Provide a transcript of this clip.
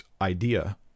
idea